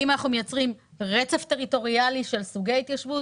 האם אנחנו מייצרים רצף טריטוריאלי של סוגי התיישבות?